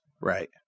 right